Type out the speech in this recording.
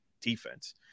defense